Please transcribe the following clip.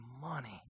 money